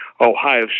Ohio